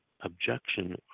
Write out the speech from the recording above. objection